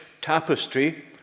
tapestry